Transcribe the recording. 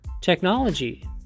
technology